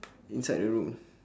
inside the room